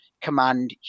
command